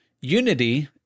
Unity